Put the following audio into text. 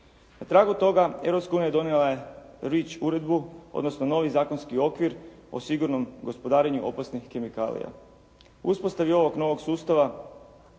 Na tragu toga Europska unija donijela je Rich uredbu odnosno novi zakonski okvir o sigurnom gospodarenju opasnih kemikalija. Uspostavi ovog novog sustava